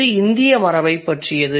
இது இந்திய மரபைப் பற்றியது